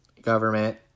government